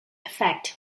effect